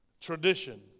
tradition